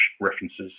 references